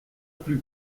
plus